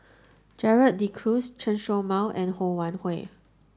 Gerald De Cruz Chen Show Mao and Ho Wan Hui